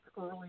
early